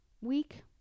week